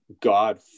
God